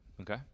Okay